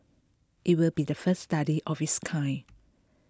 it will be the first study of its kind